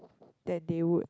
than they would